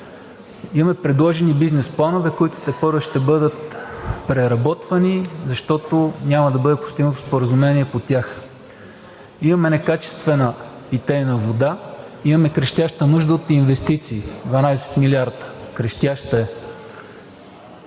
Имаме предложени бизнес планове, които тепърва ще бъдат преработвани, защото няма да бъде постигнато споразумение по тях. Имаме некачествена питейна вода. Имаме крещяща нужда от инвестиции – 12 милиарда. Крещяща е!